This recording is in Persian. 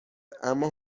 اما